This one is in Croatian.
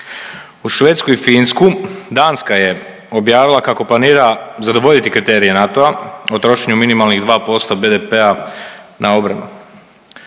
Uz Švedsku i Finsku, Danska je objavila kako planira zadovoljiti kriterije NATO-a o trošenju minimalnih 2% BDP-a na obranu.